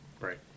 Right